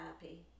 happy